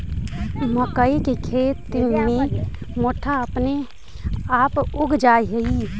मक्कइ के खेत में मोथा अपने आपे उग जा हई